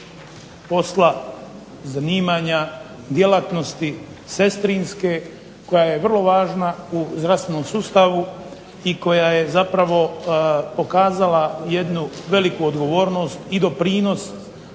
posla zanimanja, djelatnosti sestrinske koja je vrlo važna u zdravstvenom sustavu i koja je zapravo pokazala jednu veliku odgovornost i doprinos